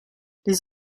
les